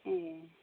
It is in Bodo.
ए